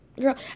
girl